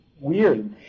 weird